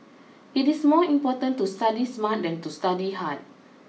it is more important to study smart than to study hard